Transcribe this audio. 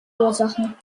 ursachen